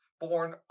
born